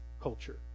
culture